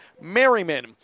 merriman